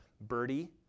birdie